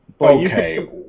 okay